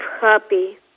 happy